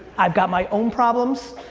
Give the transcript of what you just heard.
i've got my own problems,